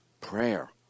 Prayer